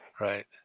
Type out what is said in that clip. Right